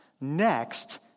next